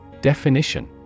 Definition